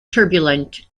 turbulent